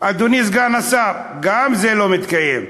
אדוני סגן השר, גם זה לא מתקיים.